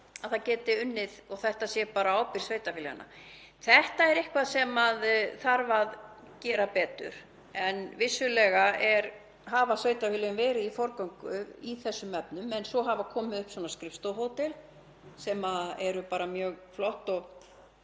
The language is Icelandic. í sveitarfélaginu og þetta sé bara á ábyrgð sveitarfélaganna. Þetta er eitthvað sem þarf að gera betur. Vissulega hafa sveitarfélögin verið í forgöngu í þessum efnum en svo hafa komið upp svona skrifstofuhótel sem eru bara mjög flott og